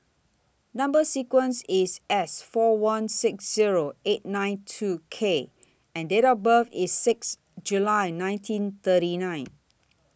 Number sequence IS S four one six Zero eight nine two K and Date of birth IS six July nineteen thirty nine